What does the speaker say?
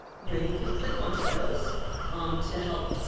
you know, you can click on to those to help